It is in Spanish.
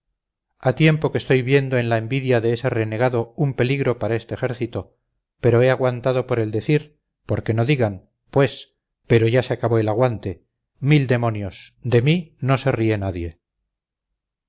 ha tiempo que estoy viendo en la envidia de ese renegado un peligro para este ejército pero he aguantado por el decir porque no digan pues pero ya se acabó el aguante mil demonios de mí no se ríe nadie